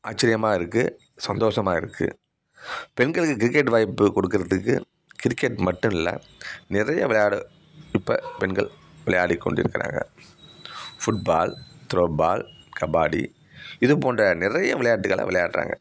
ஆச்சரியமா இருக்குது சந்தோஷமாக இருக்குது பெண்களுக்கு கிரிக்கெட் வாய்ப்பு கொடுக்கறத்துக்கு கிரிக்கெட் மட்டும் இல்லை நிறைய விளையாடு இப்போ பெண்கள் விளையாடி கொண்டி இருக்கிறாங்க ஃபுட்பால் த்ரோபால் கபாடி இது போன்ற நிறைய விளையாட்டுகளை விளையாடுறாங்க